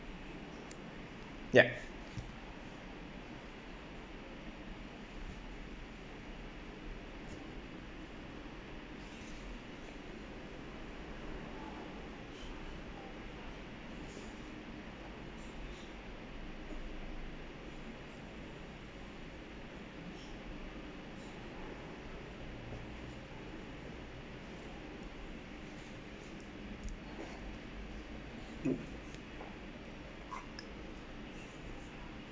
ya